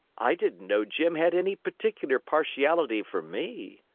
i didn't know jim had any particular partiality for me,